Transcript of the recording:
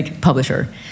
publisher